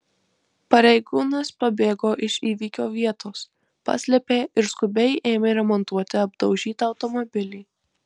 pareigūnas pabėgo iš įvykio vietos paslėpė ir skubiai ėmė remontuoti apdaužytą automobilį